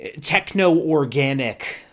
techno-organic